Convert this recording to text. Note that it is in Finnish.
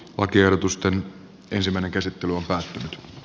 ja investointeja enemmän suomeen